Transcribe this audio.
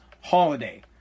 holiday